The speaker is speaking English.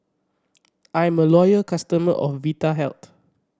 I am a loyal customer of Vitahealth